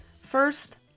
First